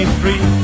free